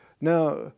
Now